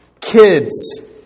kids